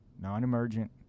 non-emergent